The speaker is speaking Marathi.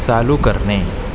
चालू करणे